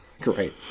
Great